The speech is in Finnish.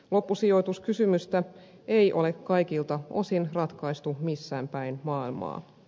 loppusijoituskysymystä ei ole kaikilta osin ratkaistu missään päin maailmaa